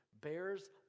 bears